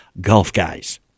GOLFGUYS